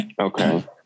Okay